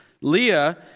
Leah